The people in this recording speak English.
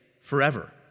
forever